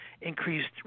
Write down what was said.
increased